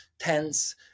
tense